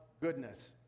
goodness